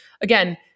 Again